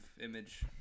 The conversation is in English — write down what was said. image